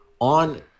on